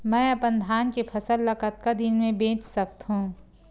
मैं अपन धान के फसल ल कतका दिन म बेच सकथो?